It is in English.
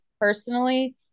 personally